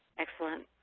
excellent.